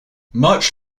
much